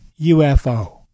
UFO